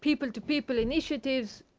people-to-people initiatives,